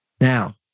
Now